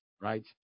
right